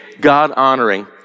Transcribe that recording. God-honoring